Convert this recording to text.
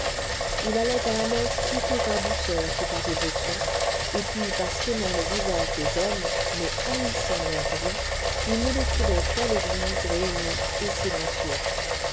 il allait à la messe plutôt par douceur que par dévotion et puis parce qu'aimant le visage des hommes mais haïssant leur bruit il ne les trouvait qu'à l'église réunis et silencieux